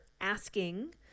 asking